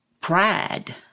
pride